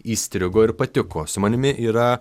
įstrigo ir patiko su manimi yra